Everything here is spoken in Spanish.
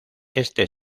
este